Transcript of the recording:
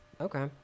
Okay